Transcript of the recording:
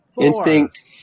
Instinct